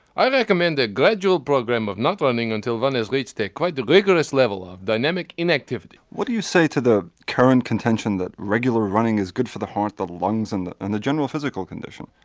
i recommend a gradual program of not running until one has reached a quite vigorous level of dynamic inactivity what do you say to the current contention that regular running is good for the heart, the lungs and the and the general physical condition?